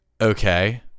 okay